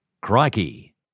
Crikey